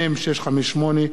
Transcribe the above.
מ/658,